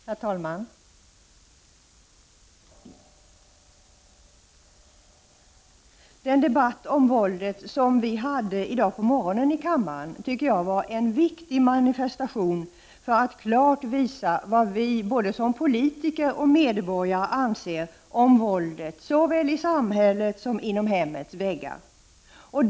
Herr talman! Den debatt om våldet som vi hade i dag på morgonen här i kammaren var en viktig manifestation för att klart visa vad vi både som politiker och som medborgare anser om våldet såväl i samhället som inom hemmets väggar.